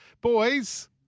Boys